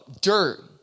dirt